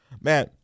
Man